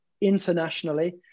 internationally